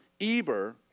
Eber